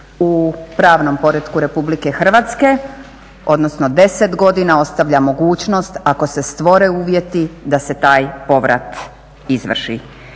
u pravnom poretku RH, odnosno 10 godina ostavlja mogućnost ako se stvore uvjeti da se taj povrat izvrši.